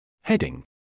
Heading